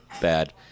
bad